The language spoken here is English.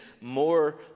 more